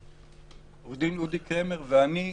אודי קרמר ואני,